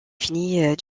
finit